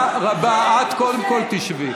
שאלקין ישב,